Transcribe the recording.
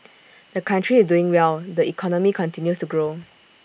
the country is doing well the economy continues to grow